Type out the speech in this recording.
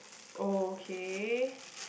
okay